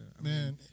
Man